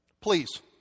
please